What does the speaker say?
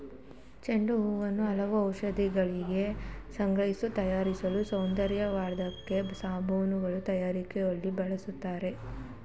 ಚೆಂಡು ಹೂವನ್ನು ಹಲವು ಔಷಧಿಗಳಿಗೆ, ಸುಗಂಧದ್ರವ್ಯ ತಯಾರಿಸಲು, ಸೌಂದರ್ಯವರ್ಧಕ ಸಾಬೂನುಗಳ ತಯಾರಿಕೆಯಲ್ಲಿಯೂ ಬಳ್ಸತ್ತರೆ